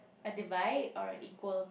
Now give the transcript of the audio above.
a divide or an equal